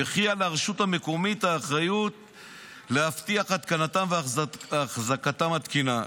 וכי על הרשות המקומית האחריות להבטיח את התקנתם ואחזקתם התקינה.